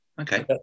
Okay